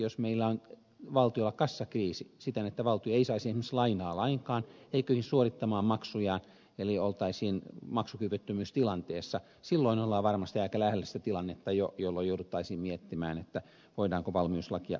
jos meillä on valtiolla kassakriisi siten että valtio ei saisi esimerkiksi lainaa lainkaan ei kykenisi suorittamaan maksujaan eli oltaisiin maksukyvyttömyystilanteessa silloin ollaan varmasti aika lähellä sitä tilannetta jo jolloin jouduttaisiin miettimään voidaanko valmiuslakia soveltaa